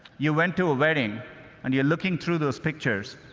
you went to a wedding and you're looking through those pictures.